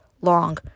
long